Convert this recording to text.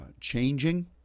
changing